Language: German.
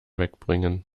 wegbringen